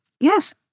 Yes